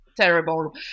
terrible